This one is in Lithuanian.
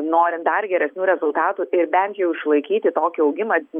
norint dar geresnių rezultatų ir bent jau išlaikyti tokį augimą